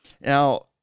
Now